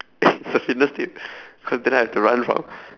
actually it's a fitness tip cause then I've to run from